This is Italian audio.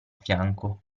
fianco